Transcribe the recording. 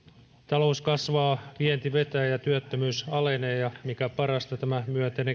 talous kasvaa vienti vetää ja työttömyys alenee ja mikä parasta tämä myönteinen